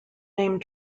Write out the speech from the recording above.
name